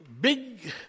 big